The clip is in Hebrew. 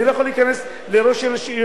אני לא יכול להיכנס לראש עיר,